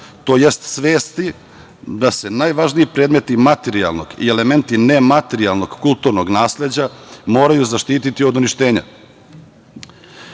tj. svesti da se najvažniji predmeti materijalnog i elementi nematerijalnog kulturnog nasleđa moraju zaštiti od uništenja. Predlog